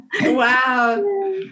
Wow